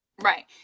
Right